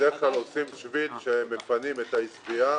בדרך כלל עושים שביל שמפנים את העשבייה,